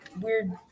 weird